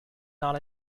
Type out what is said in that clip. not